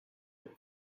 and